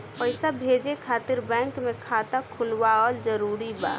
पईसा भेजे खातिर बैंक मे खाता खुलवाअल जरूरी बा?